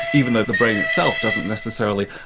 even though the brain itself doesn't necessarily,